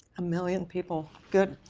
a million people, good.